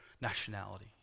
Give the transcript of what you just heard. nationality